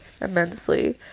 immensely